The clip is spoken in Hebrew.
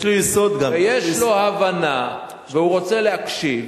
יש לי סוד גם, ויש לו הבנה, והוא רוצה להקשיב,